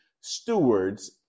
stewards